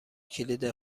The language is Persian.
کلید